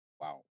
Wow